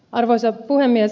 arvoisa puhemies